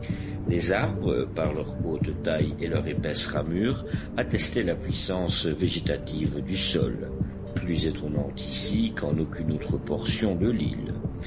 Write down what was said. les arbres par leur haute taille et leur épaisse ramure attestaient la puissance végétative du sol plus étonnante ici qu'en aucune autre portion de l'île